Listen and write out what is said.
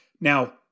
now